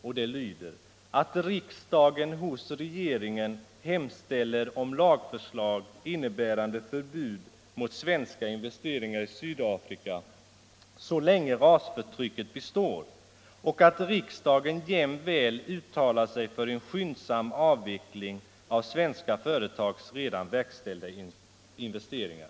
Jag yrkar alltså, herr talman, att riksdagen hos regeringen hemställer om lagförslag innebärande förbud mot svenska investeringar i Sydafrika så länge rasförtrycket består; och att riksdagen jämväl uttalar sig för en skyndsam avveckling av svenska företags redan verkställda investeringar.